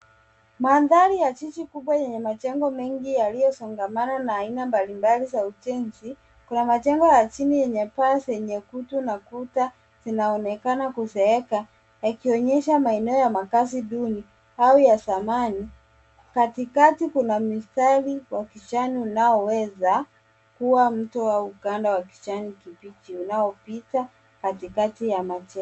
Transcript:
Mandhari ya jiji kubwa yenye majengo mengi yaliyosongamana na aina mbalimbali za ujenzi. Kuna majengo ya chini yenye paa zenye kutu na kuta zinaonekana kuzeeka yakionyesha maeneo ya makazi duni au ya zamani. Katikati kuna mistari wa kijani unao weza kuwa mto au mkanda wa kijani kibichi unaopita katikati ya maje...